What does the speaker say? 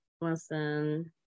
Listen